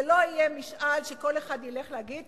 זה לא יהיה משאל שכל אחד ילך להגיד,